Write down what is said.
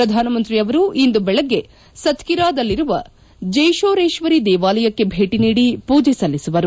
ಪ್ರಧಾನಮಂತ್ರಿಯವರು ಇಂದು ಬೆಳಗ್ಗೆ ಸತ್ತಿರಾದಲ್ಲಿರುವ ಜೇಷೋರೇಶ್ವರಿ ದೇವಾಲಯಕ್ಕೆ ಭೇಟಿ ನೀಡಿ ಮೂಜೆ ಸಲ್ಲಿಸುವರು